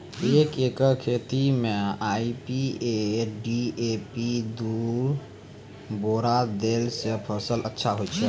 एक एकरऽ खेती मे आई.पी.एल डी.ए.पी दु बोरा देला से फ़सल अच्छा होय छै?